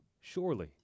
surely